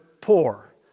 poor